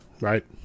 Right